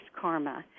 Karma